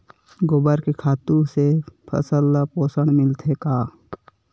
गोबर के खातु से फसल ल पोषण मिलथे का?